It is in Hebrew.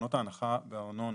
תקנות ההנחה בארנונה,